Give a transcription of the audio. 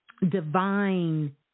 divine